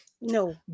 No